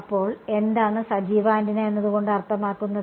അപ്പോൾ എന്താണ് സജീവ ആന്റിന എന്നതുകൊണ്ട് അർത്ഥമാക്കുന്നത്